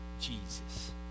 Jesus